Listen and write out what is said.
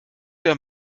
der